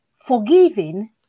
forgiving